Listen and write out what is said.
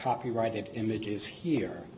copyrighted images here